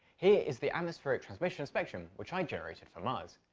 here is the atmospheric transmission spectrum which i generated for mars.